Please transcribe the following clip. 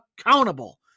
accountable